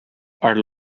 are